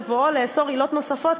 בבואו לאסור עילות נוספות,